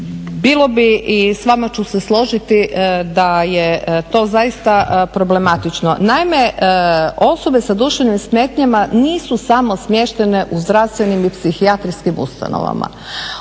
Bilo bi i s vama ću se složiti da je to zaista problematično. Naime, osobe sa duševnim smetnjama nisu samo smještene u zdravstvenim i psihijatrijskim ustanovama.